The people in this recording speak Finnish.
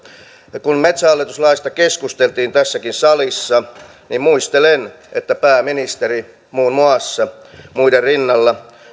ja kun metsähallitus laista keskusteltiin tässäkin salissa niin muistelen että pääministeri muun muassa muiden rinnalla